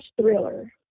thriller